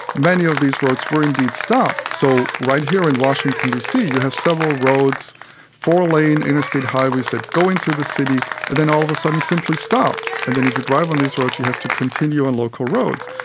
many of these roads were indeed stopped. so right here in washington, d. c, you have several roads four lane interstate highways that go into the city and then all of a sudden simply stop, and then if you drive on these roads, you have to continue on local roads.